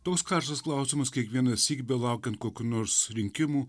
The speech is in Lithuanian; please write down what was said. toks karštas klausimas kiekvienąsyk belaukiant kokių nors rinkimų